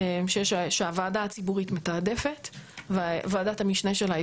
שהוועדה הציבורית מתעדפת וועדת המשנה שלה היא